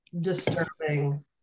disturbing